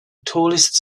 tallest